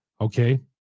Okay